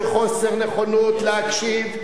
של חוסר נכונות להקשיב,